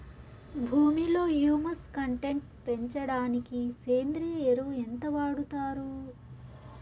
భూమిలో humus content పెంచడానికి సేంద్రియ ఎరువు ఎంత వాడుతారు